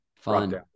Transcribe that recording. Fun